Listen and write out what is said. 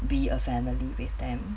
be a family with them